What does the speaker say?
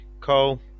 Cole